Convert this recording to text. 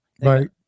Right